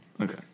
Okay